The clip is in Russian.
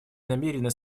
намерены